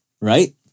right